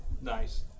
Nice